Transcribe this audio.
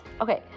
Okay